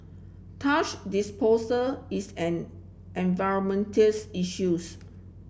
disposal is an environmental issues